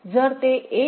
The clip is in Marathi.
जर ते 1